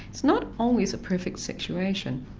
it's not always a perfect situation.